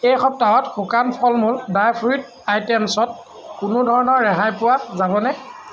এই সপ্তাহত শুকান ফল মূল বা ফ্ৰুইট আইটেমছত কোনোধৰণৰ ৰেহাই পোৱা যাবনে